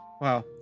Wow